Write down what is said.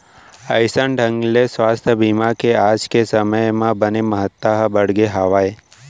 अइसन ढंग ले सुवास्थ बीमा के आज के समे म बने महत्ता ह बढ़गे हावय